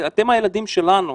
אתם הילדים שלנו.